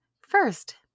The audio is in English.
First